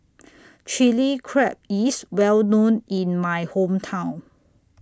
Chili Crab IS Well known in My Hometown